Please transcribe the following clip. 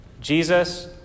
Jesus